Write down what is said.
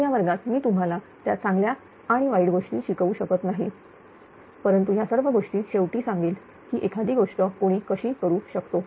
तर या वर्गात मी तुम्हाला त्या चांगल्या आणि वाईट गोष्टी शिकवू शकत नाही परंतु या सर्व गोष्टी शेवटी सांगेल की एखादी गोष्ट कोणी कशी करू शकतो